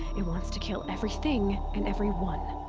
it wants to kill everything. and everyone.